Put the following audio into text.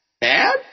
bad